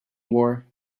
war